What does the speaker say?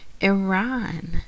Iran